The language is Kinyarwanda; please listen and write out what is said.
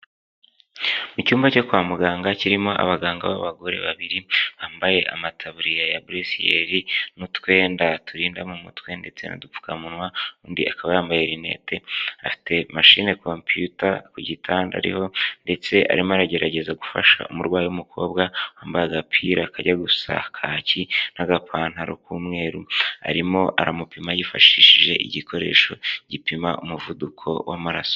Mu cyumba cyo kwa muganga kirimo abaganga b'abagore babiri, bambaye amataburiya ya bruciel, n'utwenda aturinda mu mutwe ndetse n'udupfukamunwa, undi akaba yambaye rinette, afite machine computer ku gitanda ariho ndetse arimo aragerageza gufasha umurwayi w'umukobwa, wambaye agapira kajya gusa kaki, n'agapantaro k'umweru, arimo aramupima yifashishije igikoresho gipima umuvuduko w'amaraso.